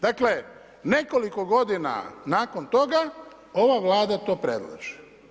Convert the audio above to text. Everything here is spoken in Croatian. Dakle, nekoliko godina nakon toga, ova Vlada to predloži.